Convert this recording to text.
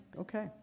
okay